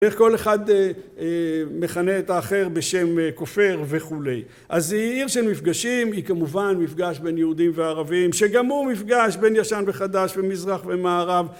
איך כל אחד מכנה את האחר בשם כופר וכולי אז היא עיר של מפגשים, היא כמובן מפגש בין יהודים וערבים שגם הוא מפגש בין ישן וחדש ומזרח ומערב